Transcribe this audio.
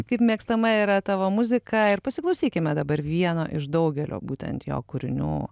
kaip mėgstama yra tavo muzika ir pasiklausykime dabar vieno iš daugelio būtent jo kūrinių